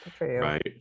Right